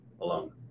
alone